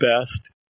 best